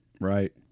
Right